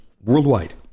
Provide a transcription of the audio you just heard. worldwide